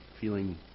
feeling